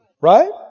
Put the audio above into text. Right